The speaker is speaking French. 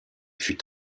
fut